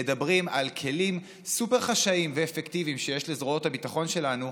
מדברים על כלים סופר חשאיים ואפקטיביים שיש לזרועות הביטחון שלנו?